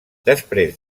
després